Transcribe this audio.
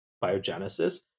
biogenesis